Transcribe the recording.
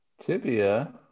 Tibia